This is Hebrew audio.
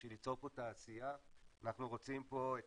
בשביל ליצור פה תעשייה אנחנו רוצים פה את